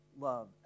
love